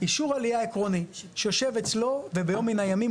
אישור עלייה עקרוני שיושב אצלו וביום מן הימים,